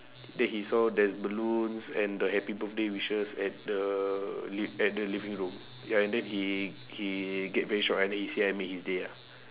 then he saw there's balloons and the happy birthday wishes at the li~ at the living room ya and then he he get very shocked and then he said I made his day lah